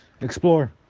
explore